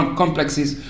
complexes